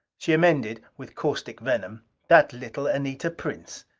she amended, with caustic venom that little anita prince!